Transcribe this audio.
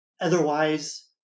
Otherwise